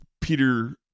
Peter